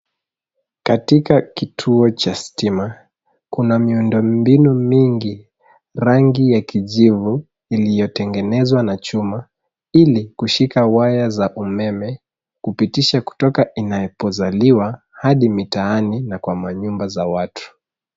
Katika kituo cha stima kuna miundo mbinu mingi rangi ya kijivu iliyotengenezwa na chuma ili kushika waya za umeme, kupitisha kutoka inapozaliwa hadi mitaani na kwa manyumba za watu.